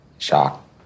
Shock